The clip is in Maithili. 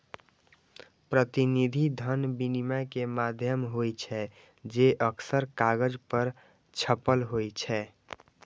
प्रतिनिधि धन विनिमय के माध्यम होइ छै, जे अक्सर कागज पर छपल होइ छै